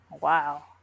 wow